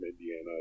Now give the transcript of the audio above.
indiana